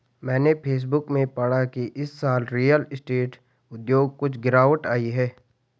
मैंने फेसबुक में पढ़ा की इस साल रियल स्टेट उद्योग कुछ गिरावट आई है